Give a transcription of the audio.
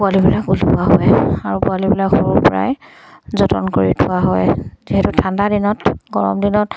পোৱালিবিলাক উলোৱা হয় আৰু পোৱালিবিলাক সৰুৰ পৰাই যতন কৰি থোৱা হয় যিহেতু ঠাণ্ডা দিনত গৰম দিনত